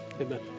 amen